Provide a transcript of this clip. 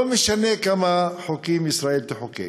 לא משנה כמה חוקים ישראל תחוקק.